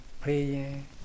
praying